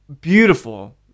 beautiful